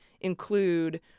include